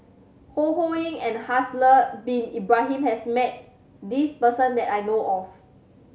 Ho Ho Ying and Haslir Bin Ibrahim has met this person that I know of